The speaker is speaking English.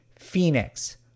Phoenix